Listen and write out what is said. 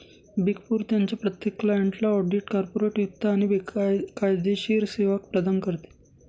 big four त्यांच्या प्रत्येक क्लायंटला ऑडिट, कॉर्पोरेट वित्त आणि कायदेशीर सेवा प्रदान करते